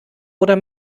oder